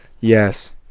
Yes